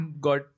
got